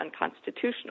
unconstitutional